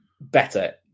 better